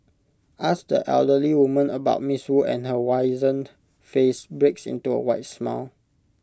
ask the elderly woman about miss wu and her wizened face breaks into A wide smile